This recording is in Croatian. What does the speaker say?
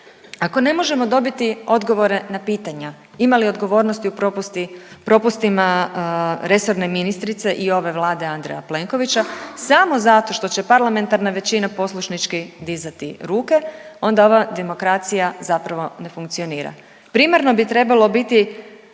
Ako ne možemo dobiti odgovore na pitanja ima li odgovornosti u propustima resorne ministrice i ove Vlade Andreja Plenkovića samo zato što će parlamentarna većina poslušnički dizati ruke onda ova demokracija zapravo ne funkcionira. Primarno bi trebalo biti